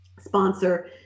sponsor